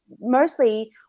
mostly